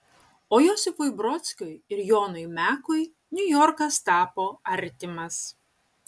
o josifui brodskiui ir jonui mekui niujorkas tapo artimas